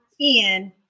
Ian